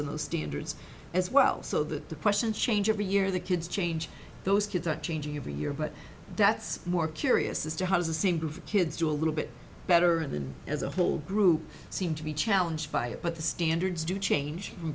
and those standards as well so that the question change every year the kids change those kids are changing every year but that's more curious as to how the same group of kids do a little bit better than as a whole group seem to be challenge by it but the standards do change from